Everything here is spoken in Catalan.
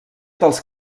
dels